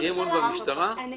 אי אמון במשטרה ובפרקליטות, כן.